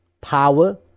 power